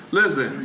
listen